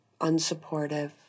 unsupportive